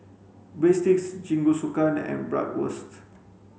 Breadsticks Jingisukan and Bratwurst